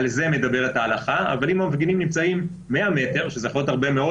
אבל אם המפגינים נמצאים 100 מ' משם שזה יכול להיות הרבה מאוד,